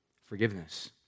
forgiveness